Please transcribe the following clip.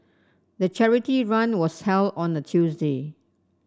the charity run was held on a Tuesday